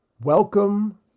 Welcome